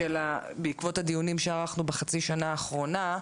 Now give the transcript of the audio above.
שמחויבים בעקבות הדיונים שערכנו בחצי שנה האחרונה.